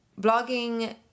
blogging